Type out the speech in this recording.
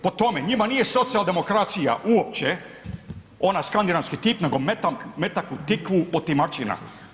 Po tome njima nije socijaldemokracija uopće ona skandinavski tip nego metak u tikvu otimačina.